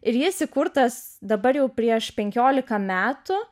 ir jis įkurtas dabar jau prieš penkiolika metų